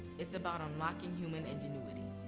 it's about unlocking human ingenuity.